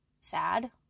sad